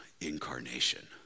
incarnation